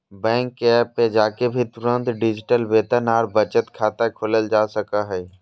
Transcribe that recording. bank के app पर जाके भी तुरंत डिजिटल वेतन आर बचत खाता खोलल जा सको हय